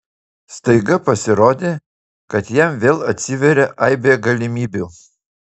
staiga pasirodė kad jam vėl atsiveria aibė galimybių